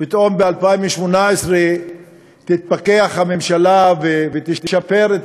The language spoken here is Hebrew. ופתאום ב-2018 תתפכח הממשלה ותשפר את